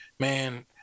Man